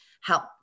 help